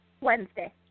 Wednesday